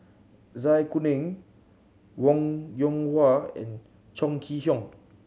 Zai Kuning Wong Yoon Wah and Chong Kee Hiong